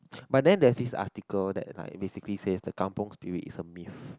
but then there's this article that like basically says the kampung spirit is a myth